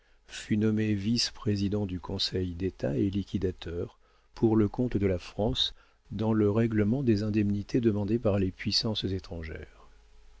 fut nommé vice-président du conseil d'état et liquidateur pour le compte de la france dans le règlement des indemnités demandées par les puissances étrangères